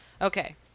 Okay